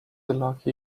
lucky